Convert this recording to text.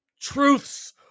Truths